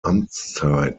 amtszeit